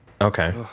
Okay